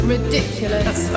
Ridiculous